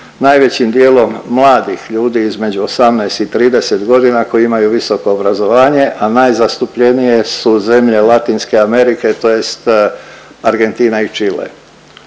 Najvećim dijelom mladih ljudi između 18 i 30 godina koji imaju visoko obrazovanje, a najzastupljenije su zemlje Latinske Amerike, tj. Argentina i Čile.